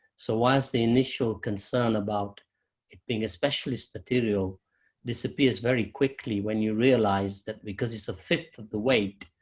so whilst the initial concern about it being a specialist material disappears very quickly when you realize that because it's a fifth of the weight,